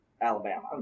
Alabama